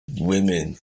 women